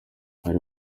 hari